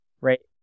right